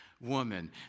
woman